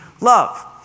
love